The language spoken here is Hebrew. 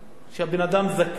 שהבן-אדם זכאי.